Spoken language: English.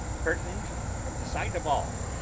curtained from the sight of all,